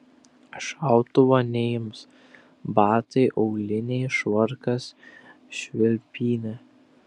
šautuvo neims batai auliniai švarkas švilpynė